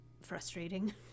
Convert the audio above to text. frustrating